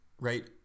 right